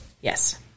Yes